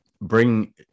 bring